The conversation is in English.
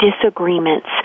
disagreements